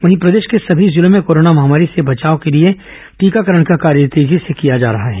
वहीं प्रदेश के सभी जिलों में कोरोना महामारी से बचाव के लिए टीकाकरण का कार्य तेजी से किया जा रहा है